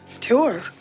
Tour